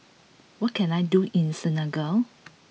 what can I do in Senegal